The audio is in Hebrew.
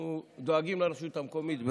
אנחנו דואגים לרשות המקומית.